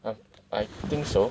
um I think so